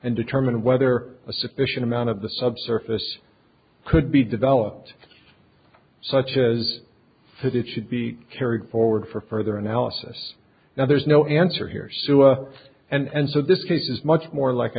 and determine whether a sufficient amount of the subsurface could be developed such as that it should be carried forward for further analysis now there's no answer here sewa and so this case is much more like i